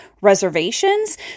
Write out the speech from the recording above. reservations